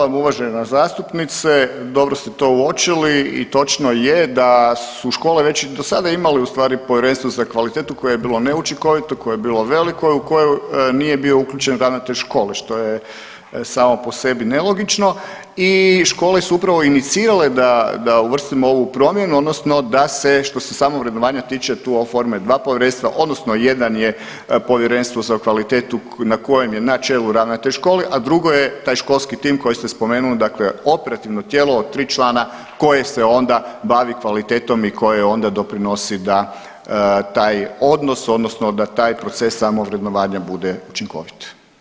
Hvala vam uvažena zastupnice, dobro ste to uočili i točno je da su škole već i do sada imali ustvari Povjerenstvo za kvalitetu koje je bilo neučinkovito, koje je bilo veliko i u koje nije bio uključen ravnatelj škole, što je samo po sebi nelogično i škole su upravo inicirale da uvrstimo ovu promjenu odnosno da se, što se samog vrednovanja tiče tu oforme 2 povjerenstva, odnosno jedan je Povjerenstvo za kvalitetu na kojem je na čelu ravnatelj škole, a drugo je taj školski tim koji ste spomenuli, dakle operativno tijelo od 3 člana koje se onda bavi kvalitetom i koje onda doprinosi da taj odnos, odnosno da taj proces samog vrednovanja bude učinkovit.